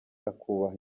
akubaha